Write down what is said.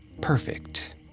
perfect